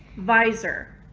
vysor.